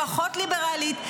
לפחות ליברלית,